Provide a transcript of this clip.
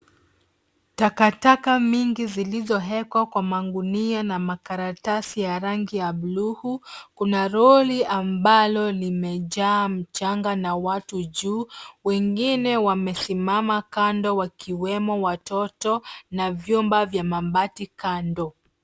Takataka mingi zilizowekwa kwa magunia na makaratasi ya rangi ya blue , kuna lori ambalo limejaa mchanga na watu juu, wengine wamesimama kando wakiwemo watoto, na vyumba vya mabati kando.